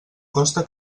costa